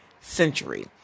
century